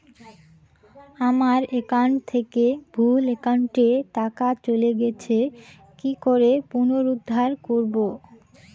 আমার একাউন্ট থেকে ভুল একাউন্টে টাকা চলে গেছে কি করে পুনরুদ্ধার করবো?